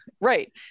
Right